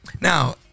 Now